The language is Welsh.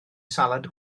salad